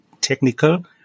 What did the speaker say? technical